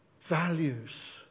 values